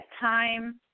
time